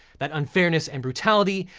that unfairness and brutality,